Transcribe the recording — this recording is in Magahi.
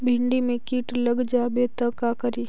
भिन्डी मे किट लग जाबे त का करि?